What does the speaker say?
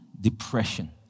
depression